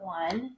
one